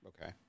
okay